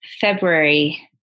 February